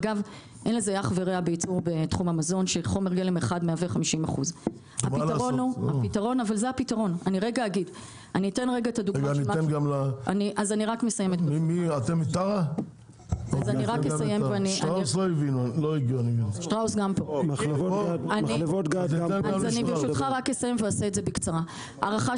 אין לזה אח ורע בתחום המזון שחומר גלם אחד מהווה 50%. הערכה